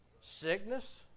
sickness